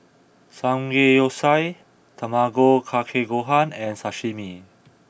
Samgeyopsal Tamago kake gohan and Sashimi